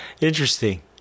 Interesting